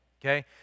okay